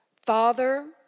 Father